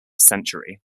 century